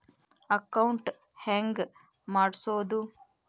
Account ಹೆಂಗ್ ಮಾಡ್ಸೋದು?